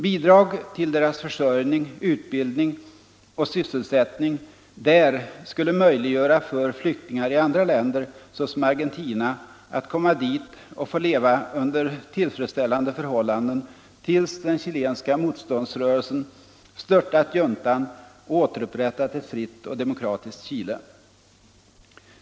Bidrag till deras försörjning, utbildning och sysselsättning där skulle möjliggöra för flyktingar i andra länder, såsom Argentina, att komma dit och få leva under tillfredsställande förhållanden, tills den chilenska motståndsrörelsen störtat juntan och återupprättat ett fritt och demokratiskt Chile.